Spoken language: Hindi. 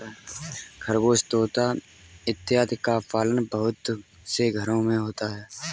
खरगोश तोता इत्यादि का पालन बहुत से घरों में होता है